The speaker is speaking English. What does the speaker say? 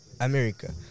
America